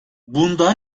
bunda